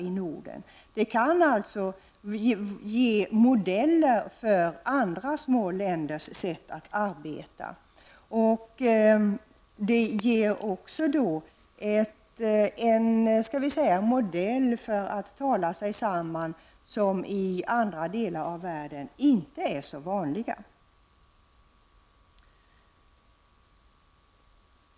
Det nordiska samarbetet kan alltså ge modeller för andra små länders sätt att arbeta. Det kan också stå som modell för ett sätt att tala sig samman som i andra delar av världen inte är så vanligt.